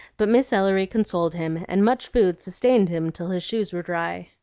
but miss ellery consoled him, and much food sustained him till his shoes were dry.